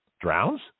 drowns